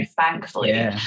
Thankfully